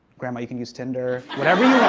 grandma, you can use tinder. whatever